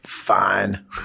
Fine